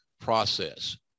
process